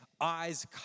eyes